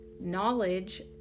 knowledge